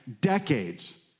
decades